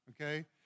okay